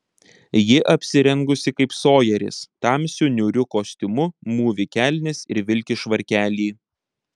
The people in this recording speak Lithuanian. ji apsirengusi kaip sojeris tamsiu niūriu kostiumu mūvi kelnes ir vilki švarkelį